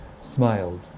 smiled